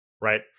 right